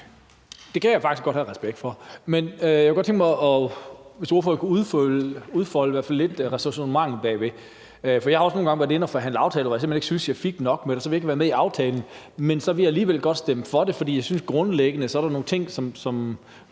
Det kan jeg faktisk godt have respekt for. Men jeg kunne godt tænke mig, hvis ordføreren kunne udfolde i hvert fald lidt af ræsonnementet bag. For jeg har også nogle gange været inde og forhandle aftaler, hvor jeg simpelt hen ikke syntes, jeg fik nok, og så ville jeg ikke være med i aftalen, men så ville jeg alligevel godt stemme for det, for jeg syntes grundlæggende, at der var nogle gode